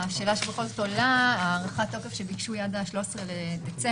בכל זאת עולה שאלה: הארכת התוקף שביקשו היא עד ל-13 בדצמבר,